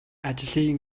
ажлын